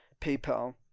PayPal